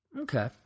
Okay